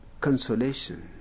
consolation